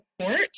support